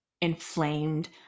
inflamed